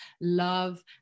love